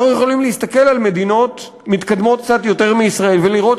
אנחנו יכולים להסתכל על מדינות מתקדמות קצת יותר מישראל ולראות,